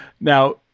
Now